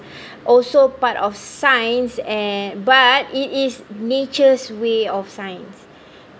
also part of science and but it is natures way of science